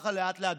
וככה לאט-לאט,